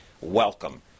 Welcome